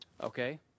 Okay